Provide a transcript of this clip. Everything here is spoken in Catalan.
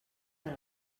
per